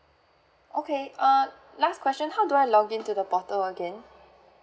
okay err last question how do I log into the portal again